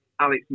Alex